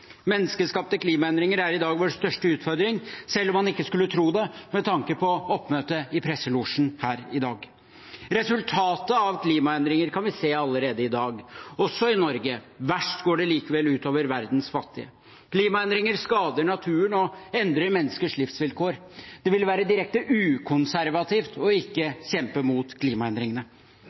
Menneskeskapte klimaendringer er i dag vår største utfordring, selv om man ikke skulle tro det med tanke på oppmøtet i presselosjen her i dag. Resultatet av klimaendringer kan vi se allerede i dag, også i Norge. Verst går det likevel ut over verdens fattige. Klimaendringer skader naturen og endrer menneskers livsvilkår. Det ville være direkte ukonservativt ikke å kjempe mot klimaendringene.